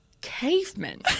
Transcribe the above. cavemen